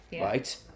right